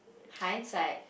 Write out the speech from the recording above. hindsight